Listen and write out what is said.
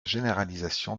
généralisation